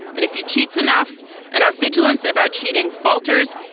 and if he cheats enough and our vigilance about cheating falters,